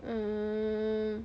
mm